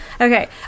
Okay